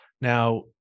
Now